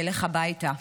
ילך הביתה.